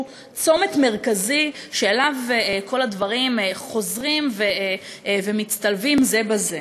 צומת מרכזי שאליו כל הדברים חוזרים ומצטלבים זה בזה.